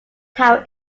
tower